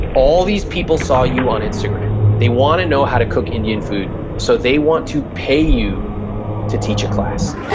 all these people saw you on instagram. they wanna know how to cook indian food, so they want to pay you to teach a class.